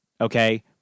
okay